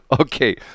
Okay